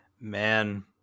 man